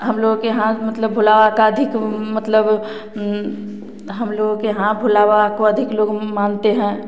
हम लोग के यहाँ मतलब भोला बाबा का अधिक मतलब हम लोग के यहाँ भोला बाबा को अधिक लोग मानते हैं